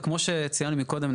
וכמו שציינו מקודם,